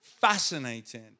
fascinating